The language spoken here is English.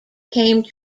came